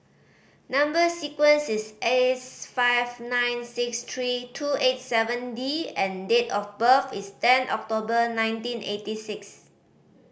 number sequence is S five nine six three two eight seven D and date of birth is ten October nineteen eighty six